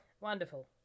Wonderful